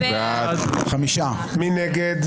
מי נגד?